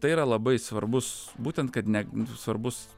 tai yra labai svarbus būtent kad ne svarbus